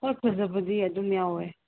ꯍꯣꯏ ꯐꯖꯕꯗꯤ ꯑꯗꯨꯝ ꯌꯥꯎꯋꯦ